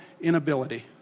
inability